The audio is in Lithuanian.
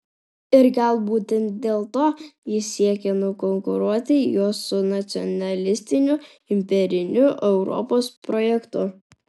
ir gal būtent dėl to jis siekia nukonkuruoti juos su nacionalistiniu imperiniu europos projektu